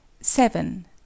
seven